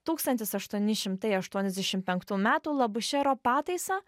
tūkstantis aštuoni šimtai aštuoniasdešim penktų metų la bušero pataisą